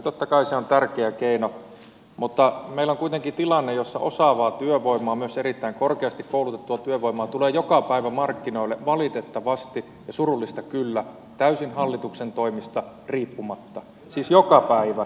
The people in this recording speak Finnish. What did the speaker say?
totta kai se on tärkeä keino mutta meillä on kuitenkin tilanne jossa osaavaa työvoimaa myös erittäin korkeasti koulutettua työvoimaa tulee joka päivä markkinoille valitettavasti ja surullista kyllä täysin hallituksen toimista riippumatta siis joka päivä